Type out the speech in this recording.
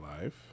life